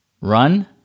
run